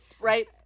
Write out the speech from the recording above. right